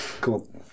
cool